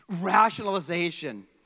Rationalization